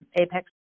APEX